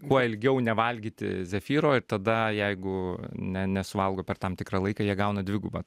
kuo ilgiau nevalgyti zefyro ir tada jeigu ne nesuvalgo per tam tikrą laiką jie gauna dvigubą